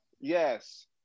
Yes